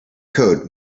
code